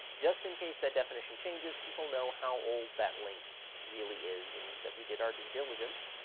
just in case that definition changes, people know how old that link really is, and that we did our due diligence.